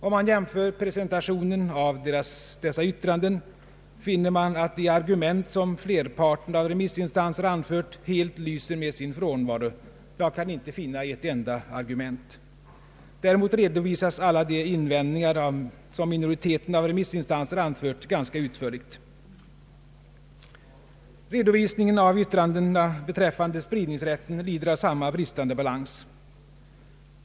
Om man jämför presentationen av dessa yttranden, finner man att de argument som flerparten av remissinstanser anfört helt lyser med sin frånvaro — jag kan inte finna ett enda argument. Däremot redovisas alla de invändningar, som minoriteten av remissinstanser anfört, ganska utförligt. Redovisningen av yttrandena beträffande spridningsrätten lider av samma bristande balans.